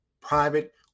private